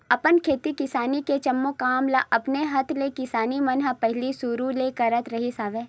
अपन खेती किसानी के जम्मो काम ल अपने हात ले किसान मन ह पहिली सुरु ले करत रिहिस हवय